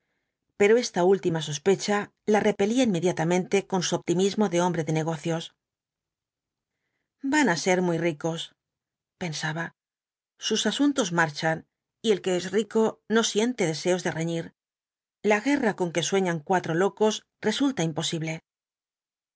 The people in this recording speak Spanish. pero esta última sospecha la repelía inmediatamente con su optimismo de hombre de negocios van á ser muy ricos pensaba sus asuntos marchan y el que es rico no siente deseos de reñir la guerra con que sueñan cuatro locos resulta imposible